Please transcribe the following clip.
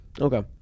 Okay